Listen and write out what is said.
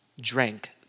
drank